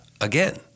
again